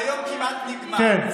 היום כמעט נגמר.